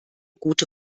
gute